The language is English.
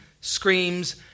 screams